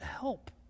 help